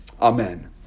Amen